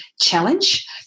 challenge